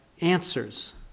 answers